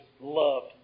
loved